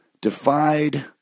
defied